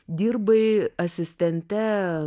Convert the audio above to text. dirbai asistente